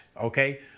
Okay